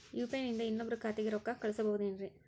UPI ನಿಂದ ಇನ್ನೊಬ್ರ ಖಾತೆಗೆ ರೊಕ್ಕ ಕಳ್ಸಬಹುದೇನ್ರಿ?